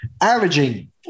averaging